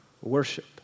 worship